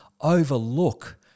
overlook